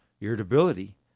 irritability